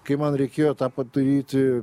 kai man reikėjo tą padaryti